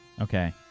Okay